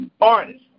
artist